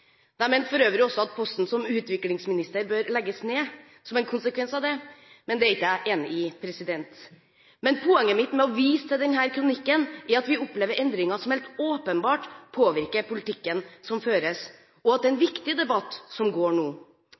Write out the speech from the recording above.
De mente for øvrig også at posten som utviklingsminister bør legges ned som en konsekvens av det, men det er jeg ikke enig i. Poenget mitt med å vise til denne kronikken er at vi opplever endringer som helt åpenbart påvirker politikken som føres, og at det er en viktig debatt som nå